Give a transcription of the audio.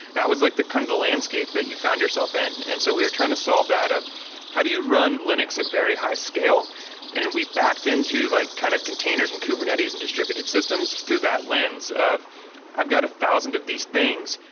that was like the kind of the landscape that you found yourself in. and so we are trying to solve that of how do you run linux at very high-scale? and we backed into like kind of containers and kubernetes and distributed systems through that lens of i've got a thousand of these things,